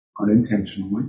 unintentionally